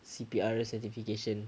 C_P_R certification